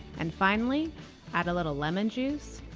and finally add a little lemon juice,